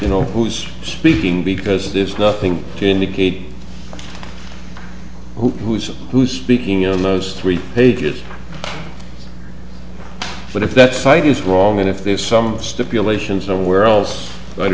you know who is speaking because there's nothing to indicate who is who speaking on those three pages but if that site is wrong and if there's some stipulations somewhere else i'd